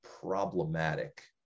problematic